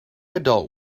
adult